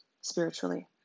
spiritually